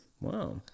Wow